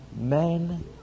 Men